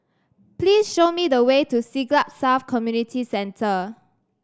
please show me the way to Siglap South Community Centre